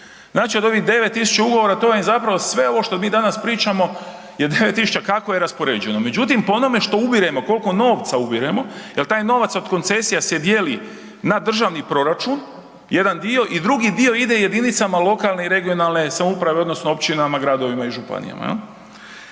Znači od ovih 9 tisuća ugovora, to vam je zapravo sve ovo što mi danas pričamo je 9 tisuća kako je raspoređeno. Međutim, ono što ubiremo, koliko novca ubiremo jer taj novac od koncesija se dijeli na državni proračun, jedan dio i drugi dio ide jedinicama lokalne i regionalne samouprave odnosno općinama, gradovima i županijama,